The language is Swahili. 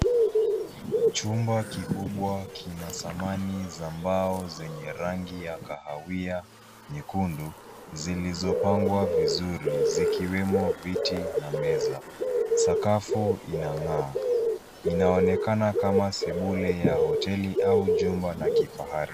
Chumba kikubwa kina samani za mbao zenye rangi ya kahawia nyekundu, zilizopangwa vizuri, zikiwemo viti na meza. Sakafu inang'aa, inaonekana kama sebule ya hoteli au jumba la kifahari.